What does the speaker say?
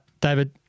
David